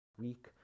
week